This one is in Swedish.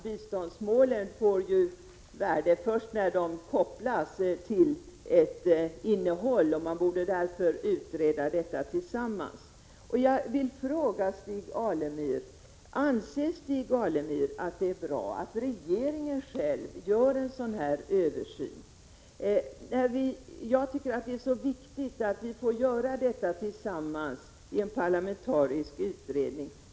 Biståndsmålen får ju värde först när de kopplas till en konkret verklighet. Därför borde biståndspolitiken utredas i dess helhet. Jag vill fråga Stig Alemyr: Anser Stig Alemyr att det är bra att regeringen själv gör en sådan här översyn? Jag tycker att det är angeläget att vi får ta ställning till frågorna tillsammans i en parlamentarisk utredning.